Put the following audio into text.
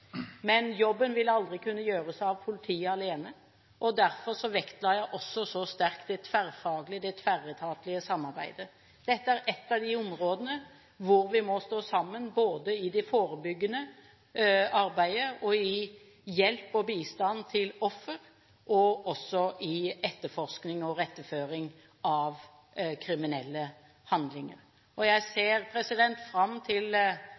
Men jobben vil aldri kunne gjøres av politiet alene. Derfor vektla jeg også så sterkt det tverretatlige samarbeidet. Dette er ett av de områdene hvor vi må stå sammen både i det forebyggende arbeidet og i hjelp og bistand til offer og også i etterforskning og iretteføring av kriminelle handlinger. Jeg ser fram til